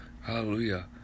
hallelujah